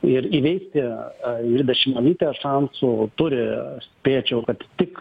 ir įveikti ingridą šimonytę šansų turi spėčiau kad tik